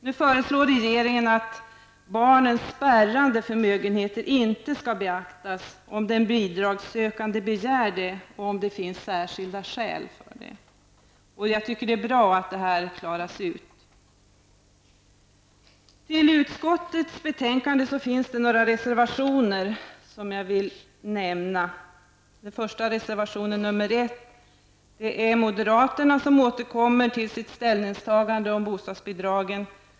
Nu föreslår regeringen att barns spärrade förmögenheter inte skall beaktas om den bidragssökande begär det och om det finns särskilda skäl. Jag tycker att det är bra att det här klaras ut. Till utskottets betänkande har fogats några reservationer, som jag vill nämna. I reservation 1 återkommer moderaterna till sitt ställningstagande i fråga om bostadsbidragen.